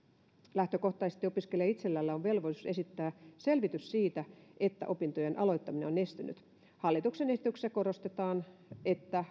lähtökohtaisesti opiskelijalla itsellään on velvollisuus esittää selvitys siitä että opintojen aloittaminen on estynyt hallituksen esityksessä korostetaan että